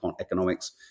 economics